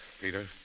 Peter